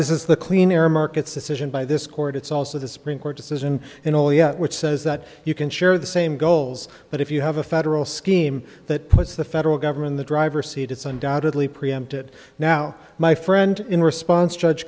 this is the clean air markets decision by this court it's also the supreme court decision in all yet which says that you can share the same goals but if you have a federal scheme that puts the federal government the driver seat it's undoubtedly preempted now my friend in response judge